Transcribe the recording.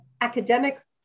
academic